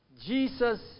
Jesus